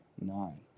nine